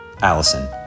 Allison